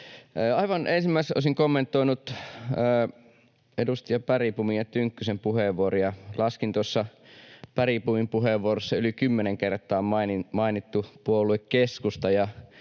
Aivan ensimmäiseksi olisin kommentoinut edustaja Bergbomin ja Tynkkysen puheenvuoroja. Laskin, että tuossa Bergbomin puheenvuorossa yli kymmenen kertaa mainittiin puolue keskusta,